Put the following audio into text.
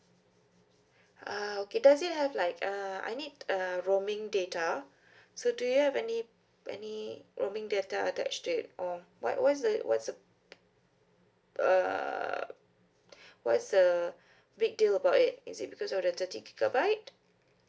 uh okay does it have like uh I need uh roaming data so do you have any any roaming data attached to it or what what's the what's the uh what's the big deal about it is it because of the thirty gigabyte